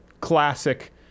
classic